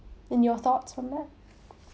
and your thoughts on that